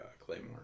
claymore